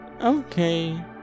Okay